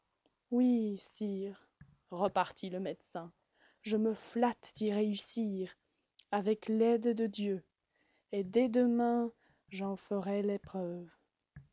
oui sire repartit le médecin je me flatte d'y réussir avec l'aide de dieu et dès demain j'en ferai l'épreuve